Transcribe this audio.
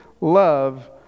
love